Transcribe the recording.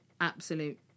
absolute